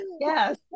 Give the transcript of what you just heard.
yes